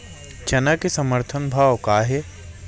चना के समर्थन भाव का हे?